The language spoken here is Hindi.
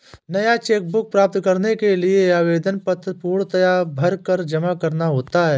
नया चेक बुक प्राप्त करने के लिए आवेदन पत्र पूर्णतया भरकर जमा करना होता है